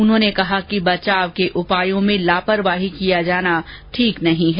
उन्होंने कहा कि बचाव के उपायों में लापरवाही किया जाना ठीक नहीं है